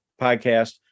podcast